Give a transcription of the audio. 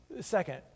second